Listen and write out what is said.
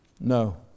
No